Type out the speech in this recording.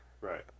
Right